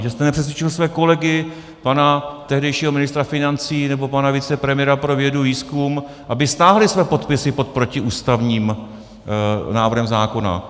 Že jste nepřesvědčil své kolegy, pana tehdejšího ministra financí nebo pana vicepremiéra pro vědu, výzkum, aby stáhli své podpisy pod protiústavním návrhem zákona.